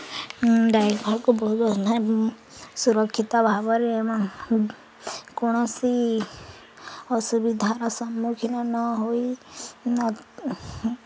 ଡ୍ରାଇଭରକୁ ବହୁତ ସୁରକ୍ଷିତ ଭାବରେ ଏବଂ କୌଣସି ଅସୁବିଧାର ସମ୍ମୁଖୀନ ନହୋଇ